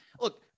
look